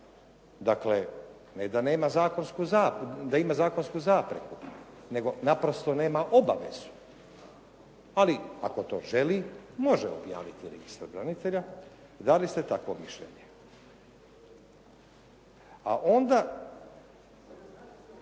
zakonsku, da ima zakonsku zapreku nego naprosto nema obavezu, ali ako to želi može objaviti registra branitelja, dali ste takvo mišljenje. A onda